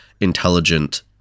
intelligent